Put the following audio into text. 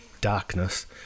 darkness